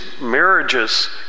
marriages